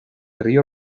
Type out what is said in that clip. río